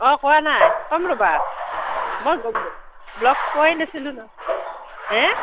অঁ কোৱা নাই ক'ম ৰ'বা মই লগ পোৱাই নাছিলো ন হে